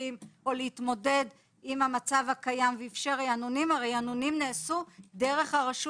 חשופים או להתמודד עם המצב הקיים הריענונים נעשו דרך הרשות.